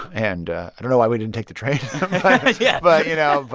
and i don't know why we didn't take the train yeah but you know,